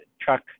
truck